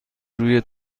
روی